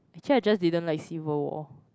actually I just didn't like Civil-War